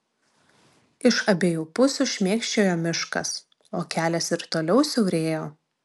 iš abiejų pusių šmėkščiojo miškas o kelias ir toliau siaurėjo